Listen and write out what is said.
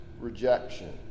rejection